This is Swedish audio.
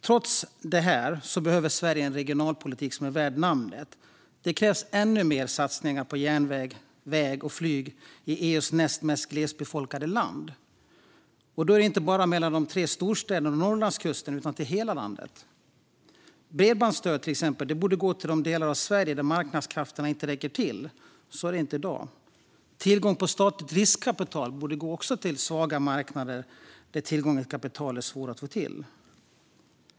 Trots detta behöver Sverige en regionalpolitik som är värd namnet. Det krävs ännu mer satsningar på järnväg, väg och flyg i EU:s näst mest glesbefolkade land, och då inte bara mellan de tre storstäderna och Norrlandskusten utan till hela landet. Bredbandsstöd, till exempel, borde gå till de delar av Sverige där marknadskrafterna inte räcker till. Så är det inte i dag. Tillgång till statligt riskkapital borde också gå till svaga marknader där tillgången till kapital är svår att få till.